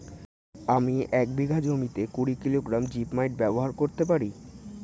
আমি এক বিঘা জমিতে কুড়ি কিলোগ্রাম জিপমাইট ব্যবহার করতে পারি?